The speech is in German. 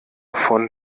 von